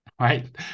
Right